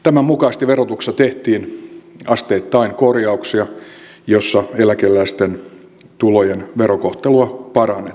tämän mukaisesti verotuksessa tehtiin asteittain korjauksia joissa eläkeläisten tulojen verokohtelua parannettiin